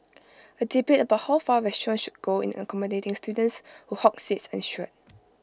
A debate about how far restaurants should go in accommodating students who hog seats ensued